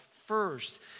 first